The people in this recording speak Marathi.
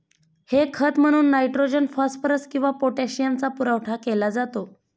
हे खत म्हणून नायट्रोजन, फॉस्फरस किंवा पोटॅशियमचा पुरवठा केला जातो